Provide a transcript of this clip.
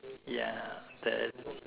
ya that